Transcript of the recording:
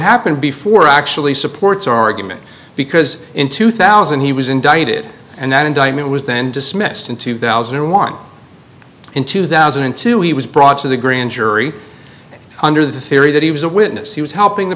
happened before actually supports our argument because in two thousand he was indicted and that indictment was then dismissed in two thousand and one in two thousand and two he was brought to the grand jury under the theory that he was a witness he was helping the